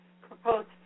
proposed